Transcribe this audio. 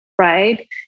right